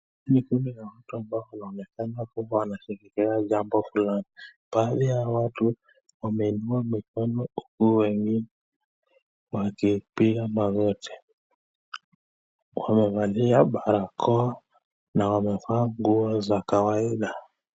Ni kundi la watu ambao huonekana huku wanasherekea jambo fulani, mbali ya hao watu wameinua mkono huku wengine wakipiga magoti, wamefalia parakoa na wamevaa nguo za kawaida.